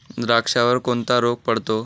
द्राक्षावर कोणता रोग पडतो?